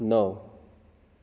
नौ